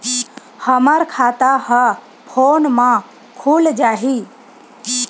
हमर खाता ह फोन मा खुल जाही?